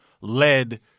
led